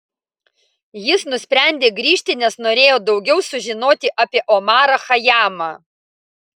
jis nusprendė grįžti nes norėjo daugiau sužinoti apie omarą chajamą